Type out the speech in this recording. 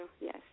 yes